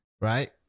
right